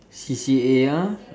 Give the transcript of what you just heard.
C_C_A ah